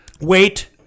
Wait